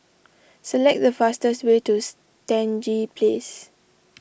select the fastest way to Stangee Place